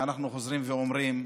ואנחנו חוזרים ואומרים: